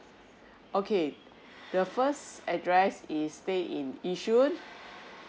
okay the first address is stay in yishun